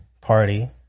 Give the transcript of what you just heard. party